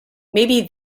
maybe